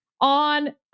on